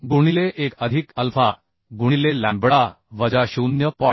5 गुणिले 1 अधिक अल्फा गुणिले लॅम्बडा वजा 0